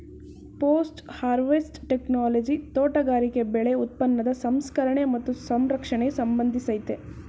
post harvest technology ತೋಟಗಾರಿಕೆ ಬೆಳೆ ಉತ್ಪನ್ನದ ಸಂಸ್ಕರಣೆ ಮತ್ತು ಸಂರಕ್ಷಣೆಗೆ ಸಂಬಂಧಿಸಯ್ತೆ